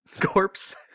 corpse